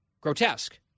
grotesque